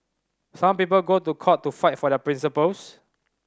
some people go to court to fight for their principles